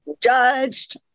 judged